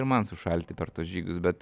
ir man sušalti per tuos žygius bet